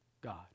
God